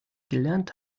gelernt